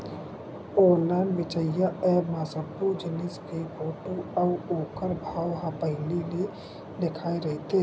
online बेचइया app म सब्बो जिनिस के फोटू अउ ओखर भाव ह पहिली ले लिखाए रहिथे